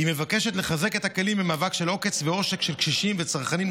האם שר הכלכלה כאן או מישהו יציג את זה בשמו?